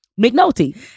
McNulty